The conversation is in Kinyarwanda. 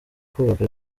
kubaka